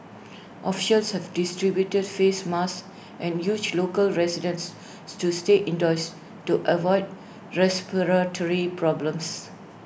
officials have distributed face masks and urged local residents to stay indoors to avoid respiratory problems